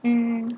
mm